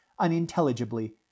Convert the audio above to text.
unintelligibly